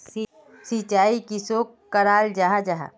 सिंचाई किसोक कराल जाहा जाहा?